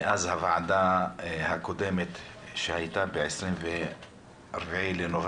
מאז הוועדה הקודמת, שהייתה ב-24 בנובמבר